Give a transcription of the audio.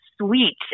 sweet